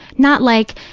not like,